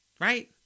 right